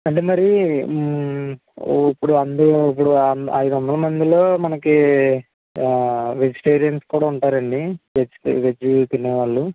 అంటే మరి ఇప్పుడు అంది ఇప్పుడు ఐదొందల మందిలో మనకి వెజిటేరియన్స్ కూడా ఉంటారండి వెజిటే వెజ్ తినేవాళ్లు